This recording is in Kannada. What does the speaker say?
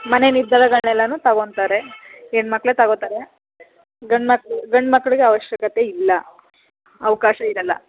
ಮನೆ ನಿರ್ಧಾರಗಳೆಲ್ಲನು ತಗೊಳ್ತಾರೆ ಹೆಣ್ಮಕ್ಳು ತಗೊಳ್ತಾರೆ ಗಂಡು ಮಕ್ಳು ಗಂಡು ಮಕ್ಳಿಗೆ ಅವಶ್ಯಕತೆ ಇಲ್ಲ ಅವಕಾಶ ಇರಲ್ಲ